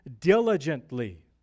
diligently